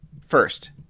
First